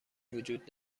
وجود